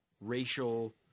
racial –